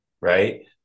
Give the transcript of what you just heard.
right